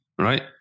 right